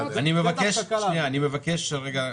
אני מבקש רגע,